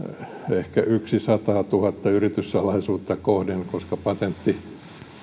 ehkä yksi sataatuhatta yrityssalaisuutta kohden koska patentti